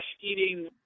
eating